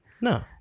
No